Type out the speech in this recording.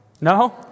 No